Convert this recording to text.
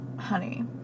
Honey